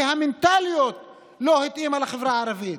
כי המנטליות לא התאימה לחברה הערבית.